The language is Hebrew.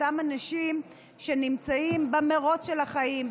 אותם אנשים שנמצאים במרוץ של החיים,